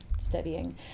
studying